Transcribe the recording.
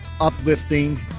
uplifting